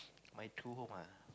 my true home ah